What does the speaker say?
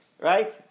Right